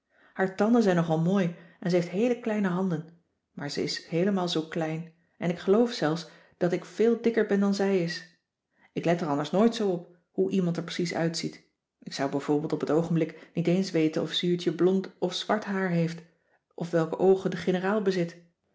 haar tanden zijn nogal mooi en ze heeft heele kleine handen maar ze is heelemaal zoo klein en ik geloof zelfs dat ik veel dikker ben dan zij is ik let er anders nooit zoo op hoe iemand er precies uitziet ik zou bijvoorbeeld op t oogenblik niet eens weten of zuurtje blond of zwart haar heeft of welke oogen de generaal bezit